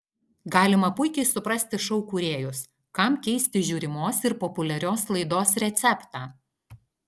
galima puikiai suprasti šou kūrėjus kam keisti žiūrimos ir populiarios laidos receptą